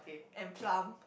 and plum